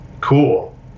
cool